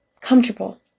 comfortable